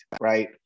right